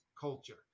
culture